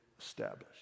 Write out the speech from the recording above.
established